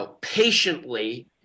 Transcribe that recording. patiently